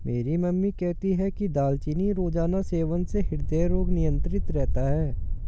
मेरी मम्मी कहती है कि दालचीनी रोजाना सेवन से हृदय रोग नियंत्रित रहता है